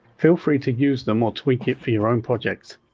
feel free to use them or tweak it for your own projects.